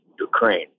Ukraine